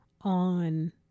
on